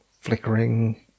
flickering